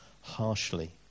harshly